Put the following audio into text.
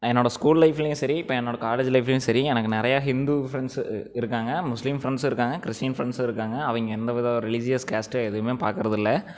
நான் என்னோட ஸ்கூல் லைஃப்லேயுமே சரி இப்போ என்னோட காலேஜ் லைஃப்லேயும் சரி எனக்கு நிறையா இந்து ஃப்ரெண்ட்ஸ் இருக்காங்க முஸ்லீம் ஃப்ரெண்ட்ஸும் இருக்காங்க கிறிஸ்ட்டின் ஃப்ரெண்ட்ஸும் இருக்காங்க அவங்க எந்த வித ஒரு ரிலிஜியஸ் கேஸ்ட்டு எதுவுமே பார்க்குறது இல்லை